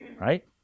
Right